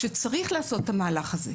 שצריך לעשות את המהלך הזה,